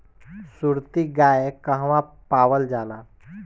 सुरती गाय कहवा पावल जाला?